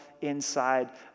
inside